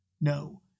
No